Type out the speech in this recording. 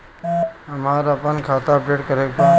हमरा आपन खाता अपडेट करे के बा